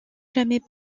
jamais